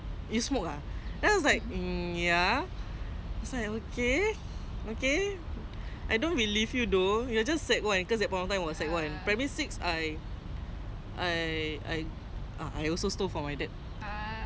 you smoke ah then I was like mm ya he was like okay okay I don't believe you though you are just sec one cause at that point of time I was sec one primary six I I also stole from my dad